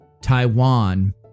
Taiwan